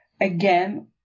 Again